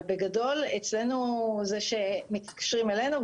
אבל בגדול מתקשרים אלינו,